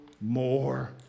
more